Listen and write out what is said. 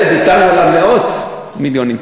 ויתרנו על מאות מיליונים.